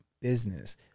business